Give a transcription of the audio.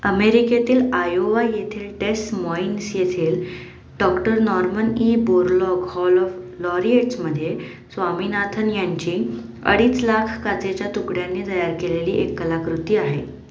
अमेरिकेतील आयोवा येथील Des Moines येथील doctor Norman E Borlaug hall of लॉरियट्समध्ये स्वामीनाथन यांची अडीच लाख काचेच्या तुकड्यांनी तयार केलेली एक कलाकृती आहे